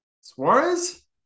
Suarez